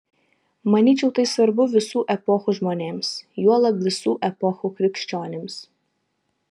manyčiau tai svarbu visų epochų žmonėms juolab visų epochų krikščionims